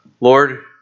Lord